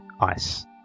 ice